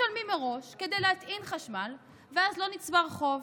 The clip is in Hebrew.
משלמים מראש כדי להטעין חשמל ואז לא נצבר חוב.